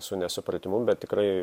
su nesupratimu bet tikrai